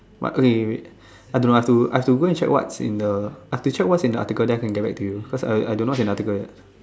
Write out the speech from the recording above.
but wait wait wait I don't I have to I have to go and check what's in the I have to check what's in the article then can get back to you cause I don't know what's in the article yet